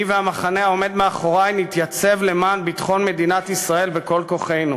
אני והמחנה העומד מאחורי נתייצב למען ביטחון מדינת ישראל בכל כוחנו.